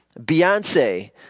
Beyonce